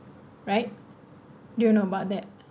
right do you know about that